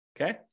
Okay